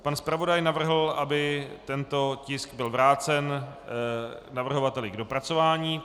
Pan zpravodaj navrhl, aby tento tisk byl vrácen navrhovateli k dopracování.